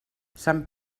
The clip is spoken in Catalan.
sant